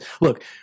look